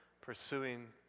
pursuing